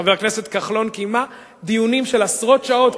חבר הכנסת כחלון קיימה דיונים של עשרות שעות,